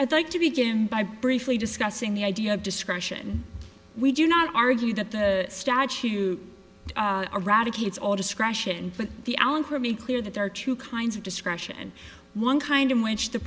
i'd like to begin by briefly discussing the idea of discretion we do not argue that the statute eradicates all discretion but the alan for me clear that there are two kinds of discretion and one kind in which the